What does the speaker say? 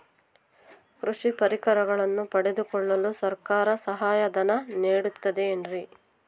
ಕೃಷಿ ಪರಿಕರಗಳನ್ನು ಪಡೆದುಕೊಳ್ಳಲು ಸರ್ಕಾರ ಸಹಾಯಧನ ನೇಡುತ್ತದೆ ಏನ್ರಿ?